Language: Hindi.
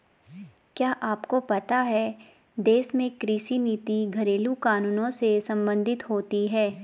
क्या आपको पता है देश में कृषि नीति घरेलु कानूनों से सम्बंधित होती है?